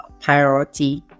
priority